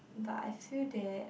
but I feel that